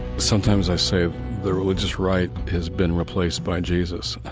sometimes i say the religious right has been replaced by jesus,